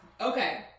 Okay